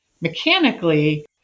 Mechanically